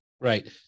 Right